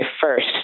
first